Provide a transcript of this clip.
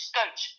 coach